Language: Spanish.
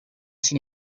sin